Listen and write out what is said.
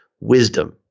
wisdom